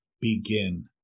begin